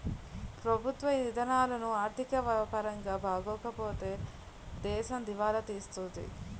ప్రభుత్వ ఇధానాలు ఆర్థిక పరంగా బాగోపోతే దేశం దివాలా తీత్తాది